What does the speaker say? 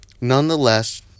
Nonetheless